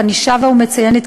ואני שבה ומציינת,